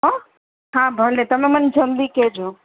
હો હા ભલે તમે મને જલદી કહેજો